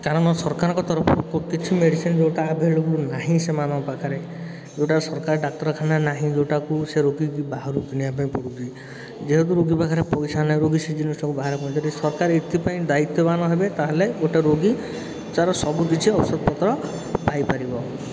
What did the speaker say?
କାରଣ ସରକାରଙ୍କ ତରଫରୁ କ କିଛି ମେଡ଼ିସିନ୍ ଯେଉଁ ତା' ବେଳୁକୁ ନାହିଁ ସେମାନଙ୍କ ପାଖରେ ଯେଉଁଟା ସରକାରୀ ଡାକ୍ତରଖାନାରେ ନାହିଁ ଓ ଯେଉଁଟାକୁ ସେ ରୋଗୀକୁ ବାହାରୁ କିଣିବାପାଇଁ ପଡ଼ୁଛି ଯେହେତୁ ରୋଗୀ ପାଖରେ ପଇସା ନାହିଁ ରୋଗୀ ସେ ଜିନିଷଟାକୁ ବାହାରୁ ଯଦି ସରକାର ଏଥିପାଇଁ ଦାୟିତ୍ୱବାନ ହେବେ ତାହେଲେ ଗୋଟେ ରୋଗୀ ତା'ର ସବୁକିଛି ଔଷଧପତ୍ର ପାଇପାରିବ